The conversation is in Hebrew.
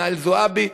נאהל זועבי,